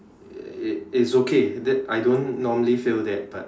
it it it it's okay that I don't normally fail that but